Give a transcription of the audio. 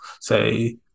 say